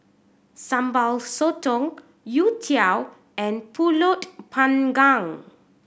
Sambal Sotong youtiao and Pulut Panggang